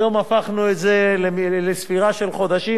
היום הפכנו את זה לספירה של חודשים,